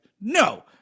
no